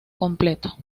completo